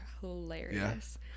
hilarious